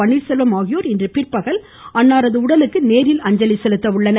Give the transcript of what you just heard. பன்னீர்செல்வம் ஆகியோர் இன்று பிற்பகல் அன்னாரது உடலுக்கு நேரில் அஞ்சலி செலுத்த உள்ளனர்